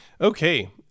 okay